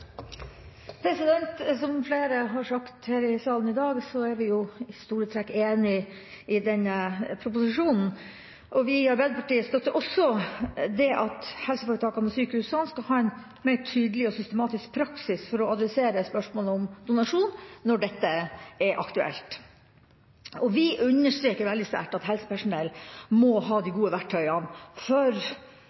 Som flere har sagt her i salen i dag, er vi i store trekk enig i denne proposisjonen. Vi i Arbeiderpartiet støtter også det at helseforetakene og sykehusene skal ha en mer tydelig og systematisk praksis for å adressere spørsmålet om donasjon når dette er aktuelt. Vi understreker veldig sterkt at helsepersonell må ha de gode verktøyene for